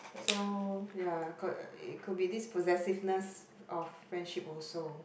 so ya co~ it could be this possessiveness of friendship also